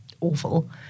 awful